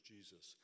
Jesus